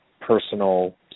personal